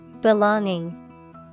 Belonging